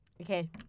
Okay